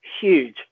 huge